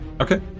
Okay